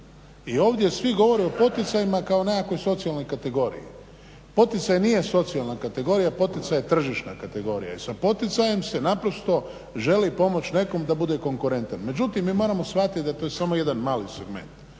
I ovdje svi govore o poticajima kao nekakvoj socijalnoj kategoriji. Poticaji nisu socijalna kategorija, poticaj je tržišna kategorija. I sa poticajem se naprosto želi pomoći nekom da bude konkurentan. Međutim, mi moramo shvatiti da je to samo jedan mali segment.